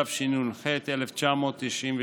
תשנ"ח 1998,